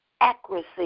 accuracy